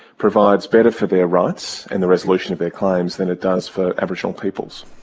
provides better for their rights and the resolution of their claims that it does for aboriginal peoples.